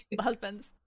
husbands